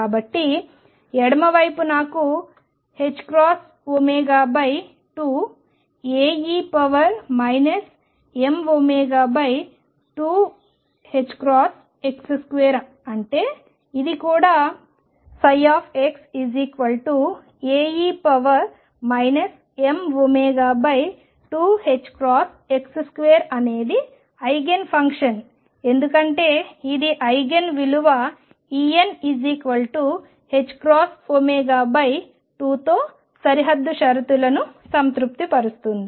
కాబట్టి ఎడమ వైపు నాకు ℏω2Ae mω2ℏx2అంటే ఇది కూడా ψ Ae mω2ℏx2అనేది ఐగెన్ ఫంక్షన్ ఎందుకంటే ఇది ఐగెన్ విలువ En ℏω2 తో సరిహద్దు షరతులను సంతృప్తిపరుస్తుంది